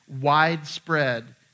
widespread